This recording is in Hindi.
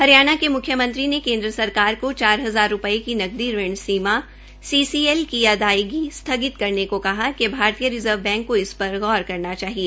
हरियाणा के मुख्यमंत्री ने केन्द्र सरकार को चार हजार रूपये की नकदी ऋण सीमासीसीएल की अदायगी स्थगित करने को कहा है कि भारतीय रिज़र्व बैंक को इस पर गौर करना चाहिए